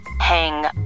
hang